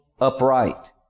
upright